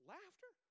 Laughter